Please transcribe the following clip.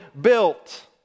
built